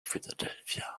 philadelphia